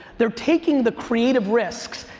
they're taking the creative risks,